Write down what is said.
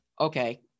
okay